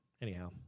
Anyhow